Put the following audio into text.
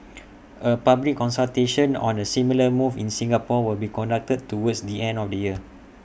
A public consultation on A similar move in Singapore will be conducted towards the end of the year